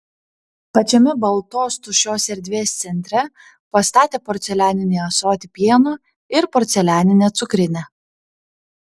pačiame baltos tuščios erdvės centre pastatė porcelianinį ąsotį pieno ir porcelianinę cukrinę